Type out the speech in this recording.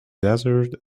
desert